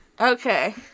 Okay